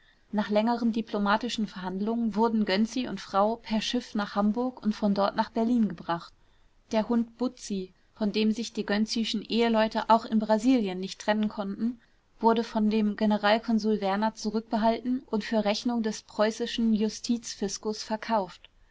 nach längeren diplomatischen verhandlungen wurden gönczi und frau per schiff nach hamburg und von dort nach berlin gebracht der hund butzi von dem sich die gönczischen eheleute auch in brasilien nicht trennen konnten wurde von dem generalkonsul werner zurückbehalten und für rechnung des preußischen justizfiskus verkauft